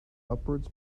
upwards